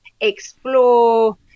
explore